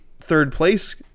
third-place